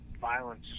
violence